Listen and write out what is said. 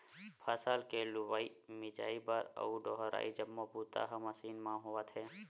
फसल के लुवई, मिजई बर अउ डोहरई जम्मो बूता ह मसीन मन म होवत हे